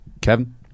Kevin